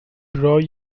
draw